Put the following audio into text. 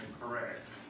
correct